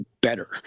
better